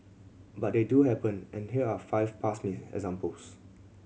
but they do happen and here are five past examples